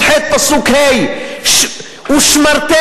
הערבים זה --- כולם, כן.